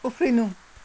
उफ्रिनु